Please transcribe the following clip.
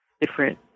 different